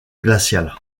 glacial